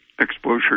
exposure